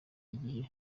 igihe